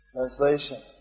Translation